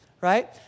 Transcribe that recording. right